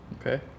okay